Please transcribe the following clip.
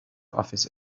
office